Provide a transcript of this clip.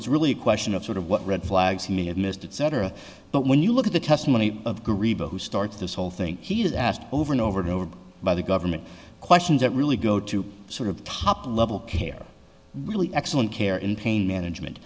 it's really a question of sort of what red flags he may have missed it cetera but when you look at the testimony of the rebbe who starts this whole thing he has asked over and over and over by the government questions that really go to sort of top level care really excellent care in pain management